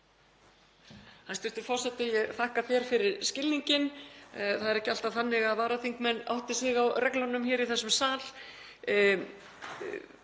Hæstv. forseti. Ég þakka þér fyrir skilninginn. Það er ekki alltaf þannig að varaþingmenn átti sig á reglunum hér í þessum sal.